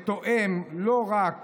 שתואם לא רק